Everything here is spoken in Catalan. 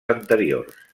anteriors